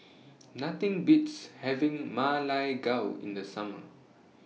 Nothing Beats having Ma Lai Gao in The Summer